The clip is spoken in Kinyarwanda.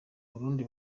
burundi